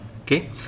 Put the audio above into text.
okay